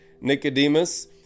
Nicodemus